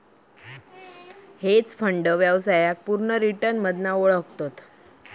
hedge fund व्यवसायाक पुर्ण return मधना ओळखतत